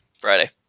Friday